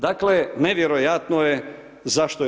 Dakle, nevjerojatno je zašto je